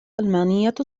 ألمانية